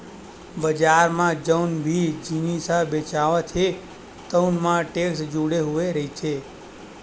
बजार म जउन भी जिनिस ह बेचावत हे तउन म टेक्स जुड़े हुए रहिथे